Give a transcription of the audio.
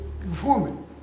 informant